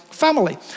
family